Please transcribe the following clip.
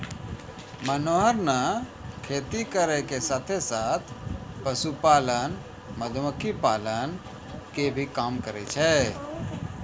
मनोहर नॅ खेती करै के साथॅ साथॅ, पशुपालन, मधुमक्खी पालन के भी काम करै छै